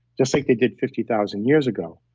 just like they did fifty thousand years ago.